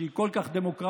שהיא כל כך דמוקרטית,